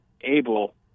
able